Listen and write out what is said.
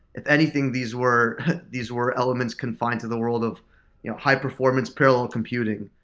if anything, these were these were elements confined to the world of high performance parallel computing.